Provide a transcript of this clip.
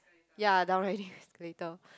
ya downriding escalator